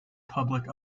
public